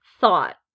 Thought